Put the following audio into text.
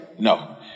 No